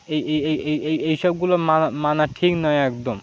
এই এই এই এই এই এই এই এই এই এই এই এই এই সবগুলো মানা মানা ঠিক নয় একদম